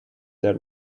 their